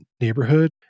neighborhood